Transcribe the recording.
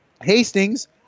Hastings